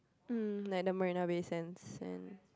um like the Marina-Bay-Sands and